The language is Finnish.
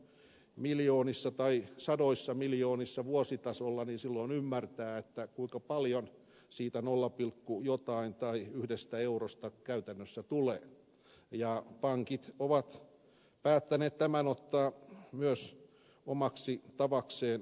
kun kerroin on miljoonissa tai sadoissa miljoonissa vuositasolla niin silloin ymmärtää kuinka paljon siitä nolla pilkku jotain tai yhdestä eurosta käytännössä tulee ja pankit ovat päättäneet tämän ottaa myös omaksi tavakseen rahoittaa